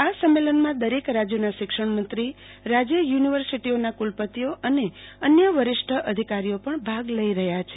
આ સંમેલનમાં દરેક રાજ્યોના શિક્ષણ મંત્રી રાજ્ય યુ નિવર્સિટીઓના કુલપતિઓ અને અન્ય વરિષ્ઠ અધિકારીઓ પણ ભાગ લઈ રહ્યા છે